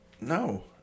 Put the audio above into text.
No